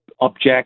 object